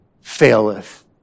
faileth